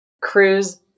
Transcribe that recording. cruise